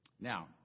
Now